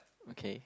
okay